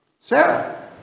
Sarah